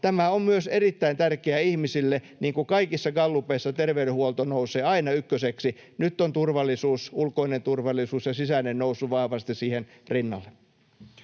tämä on myös erittäin tärkeää ihmisille, niin kuin kaikissa gallupeissa terveydenhuolto nousee aina ykköseksi. Nyt on turvallisuus — ulkoinen ja sisäinen turvallisuus — noussut vahvasti siihen rinnalle.